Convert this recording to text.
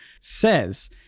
says